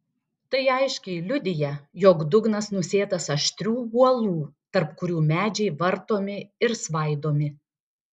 tai aiškiai liudija jog dugnas nusėtas aštrių uolų tarp kurių medžiai vartomi ir svaidomi